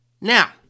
Now